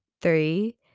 three